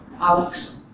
Alex